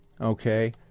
Okay